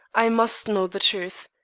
i must know the truth.